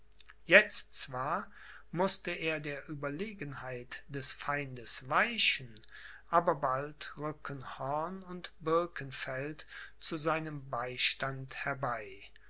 jetzt zwar mußte er der ueberlegenheit des feindes weichen aber bald rücken horn und birkenfeld zu seinem beistand herbei